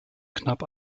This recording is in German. knapp